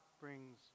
brings